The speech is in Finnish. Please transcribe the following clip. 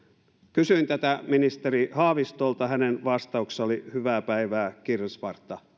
kysyin tätä ministeri haavistolta hänen vastauksensa oli hyvää päivää kirvesvartta